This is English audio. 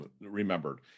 remembered